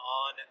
on